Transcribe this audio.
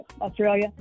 Australia